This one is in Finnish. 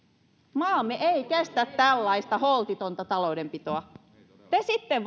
maamme ei kestä tällaista holtitonta taloudenpitoa te sitten